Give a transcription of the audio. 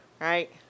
right